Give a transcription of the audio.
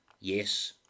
Yes